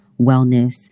wellness